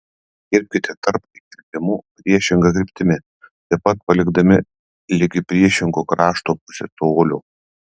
kirpkite tarp įkirpimų priešinga kryptimi taip pat palikdami ligi priešingo krašto pusę colio